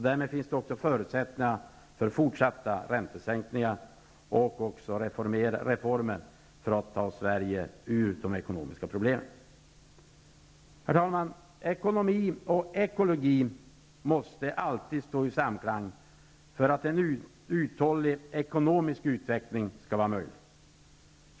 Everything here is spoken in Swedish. Därmed finns det också förutsättningar för fortsatta räntesänkningar och reformer för att ta Sverige ur de ekonomiska problemen. Herr talman! Ekonomi och ekologi måste alltid stå i samklang för att en uthållig ekonomisk utveckling skall vara möjlig.